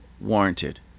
warranted